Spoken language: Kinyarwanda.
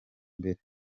imbere